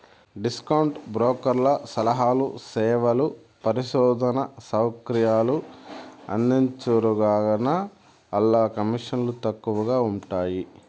discount బ్రోకర్లు సలహాలు, సేవలు, పరిశోధనా సౌకర్యాలు అందించరుగాన, ఆల్ల కమీసన్లు తక్కవగా ఉంటయ్యి